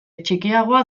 txikiagoa